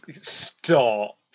stop